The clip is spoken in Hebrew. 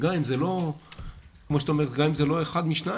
וגם אם זה לא אחד משניים,